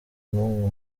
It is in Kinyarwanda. n’umwe